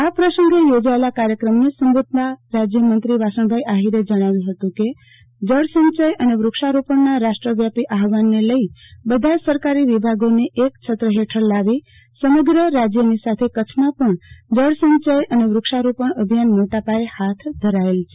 આ પ્રસંગે યોજાયેલા કાર્યક્રમને સંબોધતા રાજયમંત્રી વાસણભાઈ આહિરે જણાવ્યુ હતુ કેજળ સંચય અને વૃક્ષારોપણના રાષ્ટ્રવ્યાપી આહવાને લઈ બધા સરકારી વિભાગોને એક છત્ર હેઠળ લાવી સમગ્ર રાજ્યની સાથે કચ્છમાં પણ જળ સંચય અને વૃક્ષારોપણ અભિયાન મોટા પાયે હાથ ધરાયેલ છે